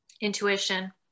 intuition